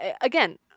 again